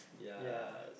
ya